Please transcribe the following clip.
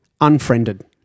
unfriended